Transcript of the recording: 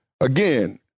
again